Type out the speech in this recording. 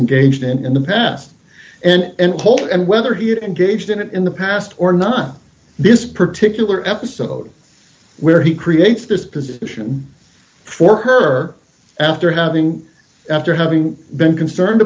in in the past and hold and whether he had engaged in it in the past or not this particular episode where he creates this position for her after having after having been concerned